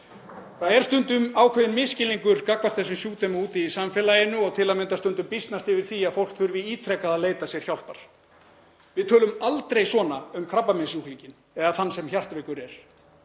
Það er stundum ákveðinn misskilningur gagnvart þessum sjúkdómi úti í samfélaginu og til að mynda er stundum býsnast yfir því að fólk þurfi ítrekað að leita sér hjálpar. Við tölum aldrei svona um krabbameinssjúklinginn eða þann sem hjartveikur er.